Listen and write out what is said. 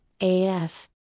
AF